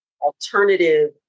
alternative